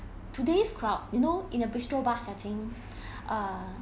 today's crowd you know in a bistro bar setting err